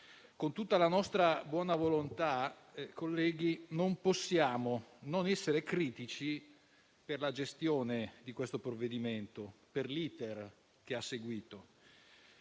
Con tutta la nostra buona volontà, colleghi, non possiamo però non essere critici per la gestione di questo provvedimento, per l'*iter* che ha seguito.